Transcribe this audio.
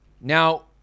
Now